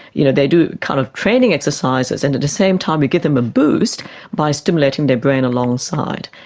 you know, they do kind of training exercises and at the same time you give them a boost by stimulating their brain alongside.